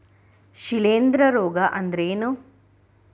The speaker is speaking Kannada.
ಶಿಲೇಂಧ್ರ ರೋಗಾ ಅಂದ್ರ ಏನ್?